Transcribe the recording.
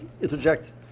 interject